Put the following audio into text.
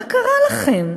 מה קרה לכם?